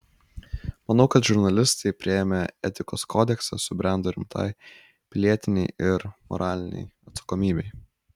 manau kad žurnalistai priėmę etikos kodeksą subrendo rimtai pilietinei ir moralinei atsakomybei